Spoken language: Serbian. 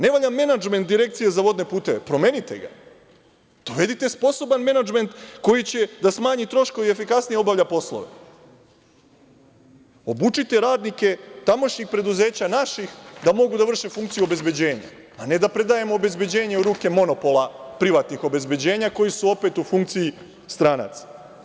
Ne valja menadžment Direkcije za vodne puteve, promenite ga, dovedite sposoban menadžment koji će da smanji troškove i efikasnije obavlja poslove, obučite radnike tamošnjih preduzeća da mogu da vrše funkciju obezbeđenja, a ne da predajemo obezbeđenje u ruke monopola privatnih obezbeđenja koji su opet u funkciji stranaca.